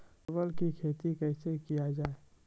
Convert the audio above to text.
परवल की खेती कैसे किया जाय?